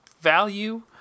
value